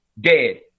dead